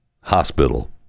hospital